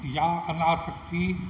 यां अनआसिक थी